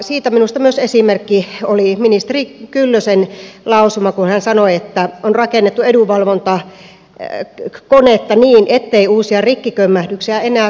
siitä minusta esimerkki oli myös ministeri kyllösen lausuma kun hän sanoi että on rakennettu edunvalvontakonetta niin ettei uusia rikkikömmähdyksiä enää satu